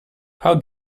how